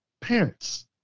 parents